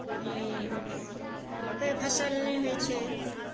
मक्कइ फसल नहि होइत छै